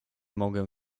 mogę